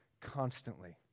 Constantly